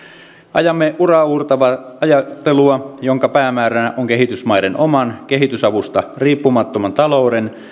ajamme uraauurtavaa ajattelua jonka päämääränä on kehitysmaiden oman kehitysavusta riippumattoman talouden